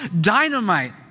dynamite